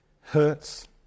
hurts